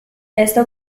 esto